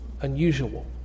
unusual